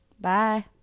Bye